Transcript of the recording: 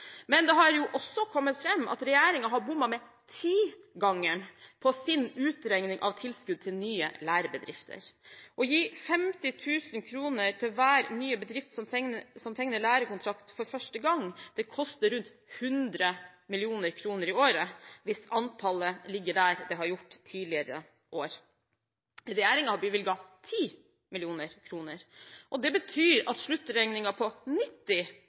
Men det har også kommet fram at regjeringen har bommet med tigangeren på sin utregning av tilskudd til nye lærebedrifter. Å gi 50 000 kr til hver nye bedrift som tegner lærekontrakt for første gang, koster rundt 100 mill. kr i året hvis antallet ligger der det har gjort tidligere år. Regjeringen har bevilget 10 mill. kr. Det betyr at sluttregningen på 90